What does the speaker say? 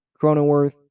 Cronenworth